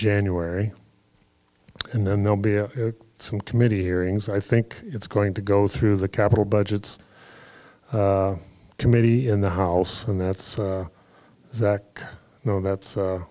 january and then they'll be some committee hearings i think it's going to go through the capital budgets committee in the house and that's zack no that's